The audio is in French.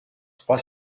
trois